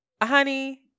Honey